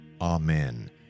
Amen